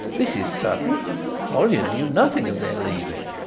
this is sudden hollyer knew nothing of their leaving,